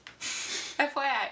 FYI